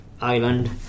Island